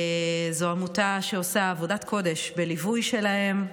זו עמותה שעושה עבודת קודש בליווי שלהן,